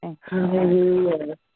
Hallelujah